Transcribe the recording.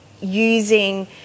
using